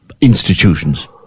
institutions